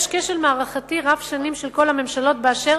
יש כשל מערכתי רב שנים של כל הממשלות באשר